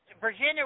Virginia